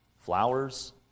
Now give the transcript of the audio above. flowers